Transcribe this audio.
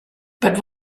but